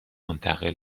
منتقل